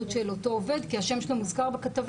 של אותו עובד כי השם שלו מוזכר בכתבה.